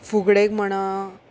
फुगडेक म्हणा